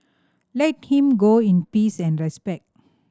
let him go in peace and respect